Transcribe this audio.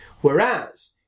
Whereas